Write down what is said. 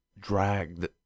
dragged